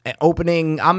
Opening